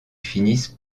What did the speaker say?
finissent